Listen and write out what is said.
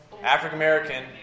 African-American